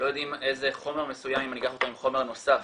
לא יודעים חומר מסוים אם אני אקח עם חומר נוסף,